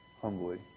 humbly